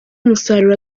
umusaruro